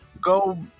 Go